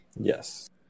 Yes